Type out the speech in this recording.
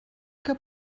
que